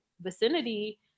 vicinity